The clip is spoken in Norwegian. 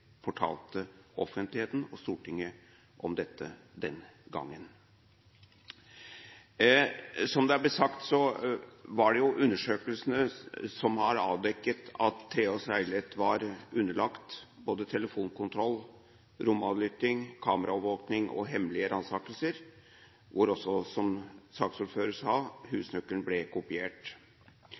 fortalte offentligheten og Stortinget om dette – slik de arbeidet – den gangen. Som det er blitt sagt, så var det jo undersøkelsene som har avdekket at Treholts leilighet var underlagt både telefonkontroll, romavlytting, kameraovervåking og hemmelige ransakelser, hvor også – som saksordføreren sa – husnøkkelen ble kopiert.